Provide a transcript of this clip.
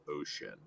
Ocean